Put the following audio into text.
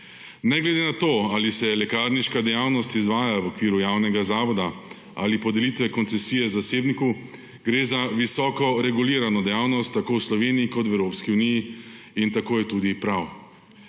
Ne glede na to, ali se lekarniška dejavnost izvaja v okviru javnega zavoda ali podelitve koncesije zasebniku, gre za visoko regulirano dejavnost tako v Sloveniji kot v Evropski uniji, in tako je tudi prav.